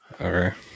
Okay